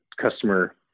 customer